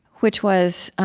which was